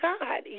God